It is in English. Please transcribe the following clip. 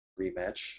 rematch